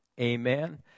Amen